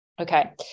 Okay